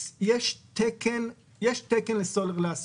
יש תקן לסולר להסקה.